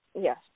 Yes